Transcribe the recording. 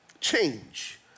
change